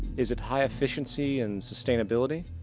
is it high efficiency and sustainability?